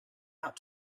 out